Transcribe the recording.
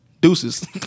Deuces